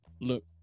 Look